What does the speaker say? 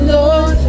Lord